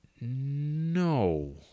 No